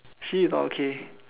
she is not okay